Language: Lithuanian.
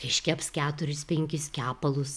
iškeps keturis penkis kepalus